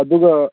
ꯑꯗꯨꯒ